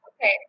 Okay